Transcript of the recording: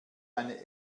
eine